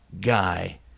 guy